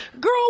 girl